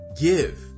Give